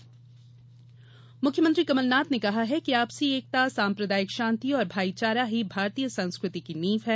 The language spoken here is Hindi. कमलनाथ आपसी एकता मुख्यमंत्री कमल नाथ ने कहा है कि आपसी एकता साम्प्रदायिक शांति और भाईचारा ही भारतीय संस्कृति की नींव है